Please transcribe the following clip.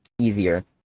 easier